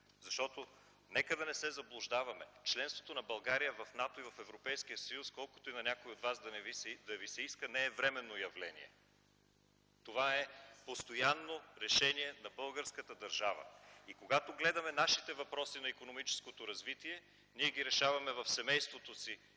Защото нека да не се заблуждаваме, членството на България в НАТО и в Европейския съюз, колкото на някои от вас да се иска, не е временно явление. Това е постоянно решение на българската държава и когато гледаме нашите въпроси за икономическото развитие, ние ги решаваме в семейството си